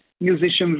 musicians